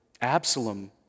Absalom